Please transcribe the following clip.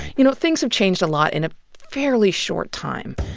you know things have changed a lot in a fairly short time.